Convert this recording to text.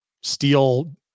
steel